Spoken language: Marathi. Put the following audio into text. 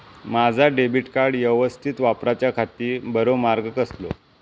माजा डेबिट कार्ड यवस्तीत वापराच्याखाती बरो मार्ग कसलो?